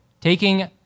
taking